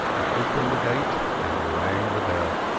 i opened the gate and rang the bell.